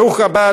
ברוך הבא,